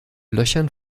löchern